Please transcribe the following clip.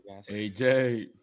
AJ